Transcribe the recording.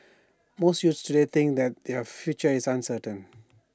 most youths today think that their future is uncertain